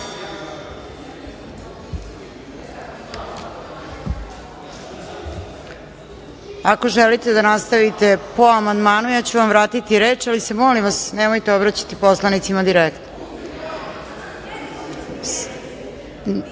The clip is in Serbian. želite da nastavite po amandmanu, ja ću vam vratiti reč, ali se molim vas nemojte obraćati poslanicima direktno.(Tijana